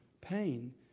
pain